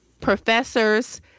professors